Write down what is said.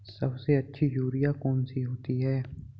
सबसे अच्छी यूरिया कौन सी होती है?